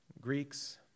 Greeks